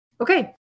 okay